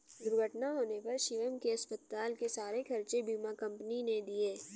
दुर्घटना होने पर शिवम के अस्पताल के सारे खर्चे बीमा कंपनी ने दिए